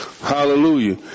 Hallelujah